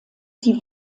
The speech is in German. sie